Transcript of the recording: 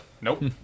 Nope